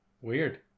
Weird